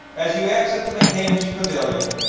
as you exit the mccamish pavilion,